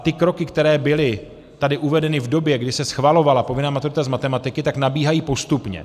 Ty kroky, které byly tady uvedeny v době, kdy se schvalovala povinná maturita z matematiky, nabíhají postupně.